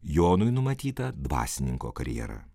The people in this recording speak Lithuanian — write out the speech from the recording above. jonui numatyta dvasininko karjera